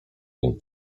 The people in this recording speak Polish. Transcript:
nim